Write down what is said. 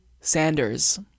Sanders